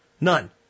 None